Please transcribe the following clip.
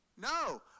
No